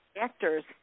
actors